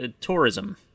tourism